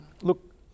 look